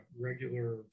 regular